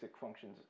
functions